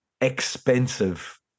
expensive